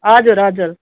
हजुर हजुर